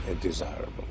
desirable